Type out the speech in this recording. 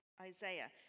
Isaiah